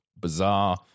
bizarre